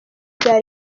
bya